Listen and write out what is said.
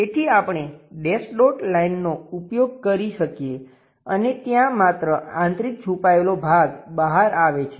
તેથી આપણે dash dot line નો ઉપયોગ કરી શકીએ અને ત્યાં માત્ર આંતરિક છુપાયેલો ભાગ બહાર આવે છે